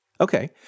Okay